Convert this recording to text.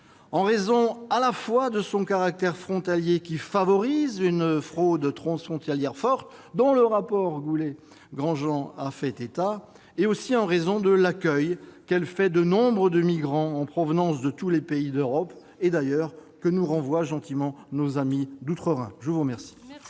en raison à la fois de son caractère frontalier, qui favorise une fraude transfrontalière forte, dont le rapport Goulet-Grandjean fait état, et du fait qu'elle accueille nombre de migrants en provenance de tous les pays d'Europe et que nous renvoient gentiment nos amis d'outre-Rhin. La discussion